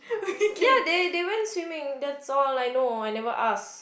ya they they went swimming that's all I know I never ask